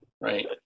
right